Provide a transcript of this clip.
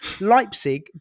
Leipzig